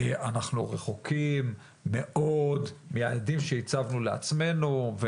אנחנו רחוקים מאוד מיעדים שהצבנו לעצמנו,